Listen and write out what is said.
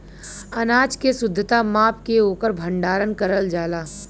अनाज के शुद्धता माप के ओकर भण्डारन करल जाला